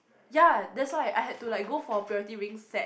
ya that's why I had to like go for Purity Ring set